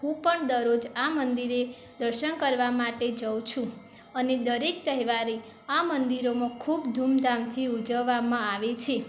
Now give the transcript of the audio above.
હું પણ દરરોજ આ મંદિરે દર્શન કરવા માટે જાઉં છું અને દરેક તહેવારો આ મંદિરોમાં ખૂબ ધૂમધામથી ઉજવવામાં આવે છે